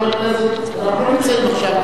חבר הכנסת אלדד, אתה שאלת שאלה.